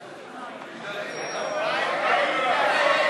להסיר מסדר-היום את הצעת חוק למניעת